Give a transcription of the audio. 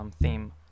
theme